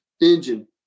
engine